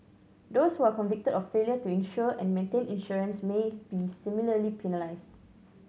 those who are convicted of failure to insure and maintain insurance may be similarly penalised